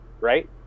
right